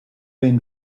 been